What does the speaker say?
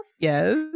Yes